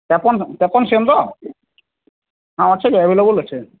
apple apple sim ତ ହଁ ଅଛି ଆଭେଲେବଲ୍ ଅଛି